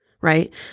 right